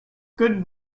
good